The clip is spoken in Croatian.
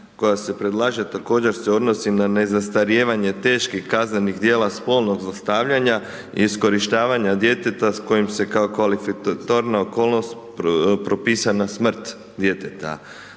koja se predlaže također se odnosi na zastarijevanje teških kaznenih djela spolnog zlostavljanja i iskorištavanja djeteta s kojim se .../Govornik se ne razumije./... okolnost propisana smrt djeteta.